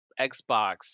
Xbox